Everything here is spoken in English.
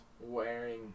wearing